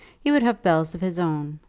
he would have bells of his own,